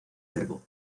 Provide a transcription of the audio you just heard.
verbo